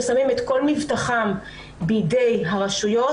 ששמים את כל מבטחם בידי הרשויות,